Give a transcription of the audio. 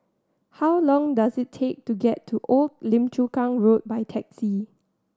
how long does it take to get to Old Lim Chu Kang Road by taxi